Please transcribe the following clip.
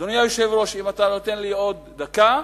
אדוני היושב-ראש, אם אתה נותן לי עוד דקה,